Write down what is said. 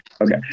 Okay